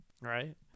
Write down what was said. Right